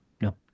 no